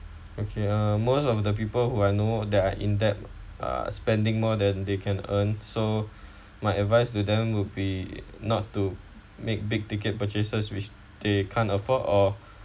okay uh most of the people who I know that are in debt uh spending more than they can earn so my advice to them would be not to make big ticket purchases which they can't afford or